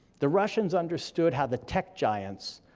the russians understood how the tech giants,